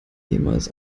jemals